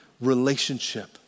relationship